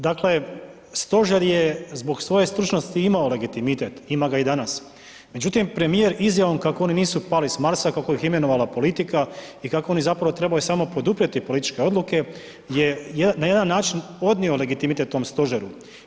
Dakle, stožer je zbog svoje stručnosti imao legitimitet, ima ga i danas, međutim premijer izjavom kako oni nisu pali s Marsa, kako ih je imenovala politika i kako oni zapravo trebaju samo poduprijeti političke odluke je na jedan način odnio legitimitet tom stožeru.